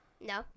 No